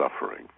suffering